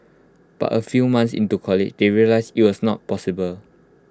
but A few months into college they realised IT was not possible